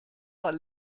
are